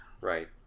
right